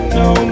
no